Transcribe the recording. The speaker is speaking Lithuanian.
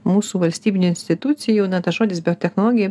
mūsų valstybinių institucijų na tas žodis biotechnologija